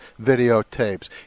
videotapes